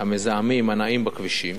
המזהמים הנעים בכבישים.